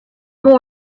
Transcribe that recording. more